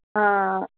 ਹਾਂ